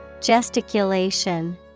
Gesticulation